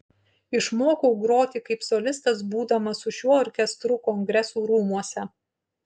išmokau groti kaip solistas būdamas su šiuo orkestru kongresų rūmuose